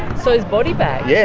sews body bags? yeah,